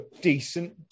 decent